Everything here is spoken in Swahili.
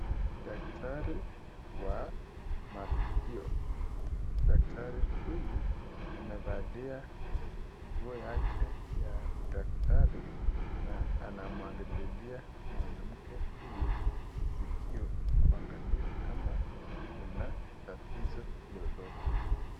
Daktari wa masikio. Daktari huyu amevalia nguo yake ya udaktari na anamuangalilia mwanamke huyu sikio kuangalia kama kuna tatizo lolote.